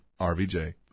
RVJ